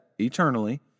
eternally